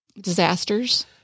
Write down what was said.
disasters